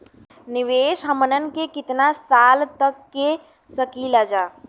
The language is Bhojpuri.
निवेश हमहन के कितना साल तक के सकीलाजा?